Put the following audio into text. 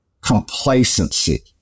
complacency